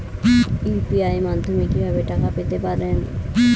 UPI মাধ্যমে কি ভাবে টাকা পেতে পারেন?